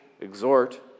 exhort